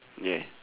ya